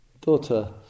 daughter